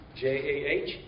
J-A-H